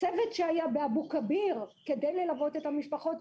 צוות שהיה באבו כביר כדי ללוות את המשפחות,